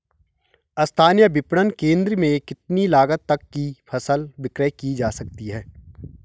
स्थानीय विपणन केंद्र में कितनी लागत तक कि फसल विक्रय जा सकती है?